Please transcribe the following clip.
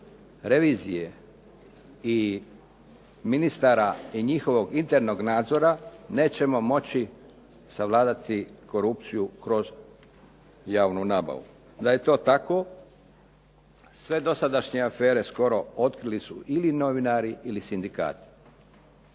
revizije i ministara i njihovog internog nadzora, nećemo moći savladati korupciju kroz javnu nabavu. Da je to tako sve dosadašnje afere skoro otkrili su ili novinari ili sindikati.